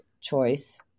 choice